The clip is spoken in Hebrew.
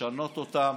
לשנות אותן,